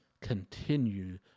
continue